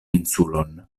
insulon